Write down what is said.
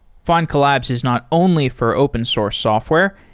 find collabs is not only for open source software,